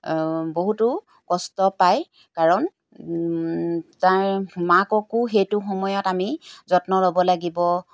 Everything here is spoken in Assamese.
বহুতো কষ্ট পায় কাৰণ তাইৰ মাককো সেইটো সময়ত আমি যত্ন ল'ব লাগিব